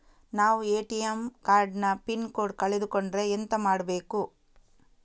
ನಾವು ATM card ನ pin code ಕಳೆದು ಕೊಂಡ್ರೆ ಎಂತ ಮಾಡ್ಬೇಕು?